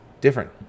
different